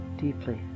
deeply